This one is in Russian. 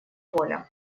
воля